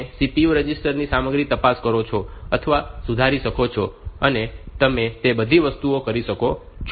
તમે CPU register ની સામગ્રી તપાસી શકો છો અથવા સુધારી શકો છો અને તમે તે બધી વસ્તુઓ કરી શકો છો